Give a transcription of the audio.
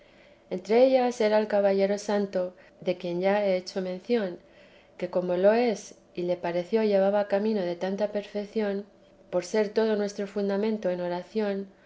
entre ellas era el caballero santo de quien ya he hecho mención que como lo es y le pareció llevaba camino de tanta perfección por ser todo nuestro fundamento en oración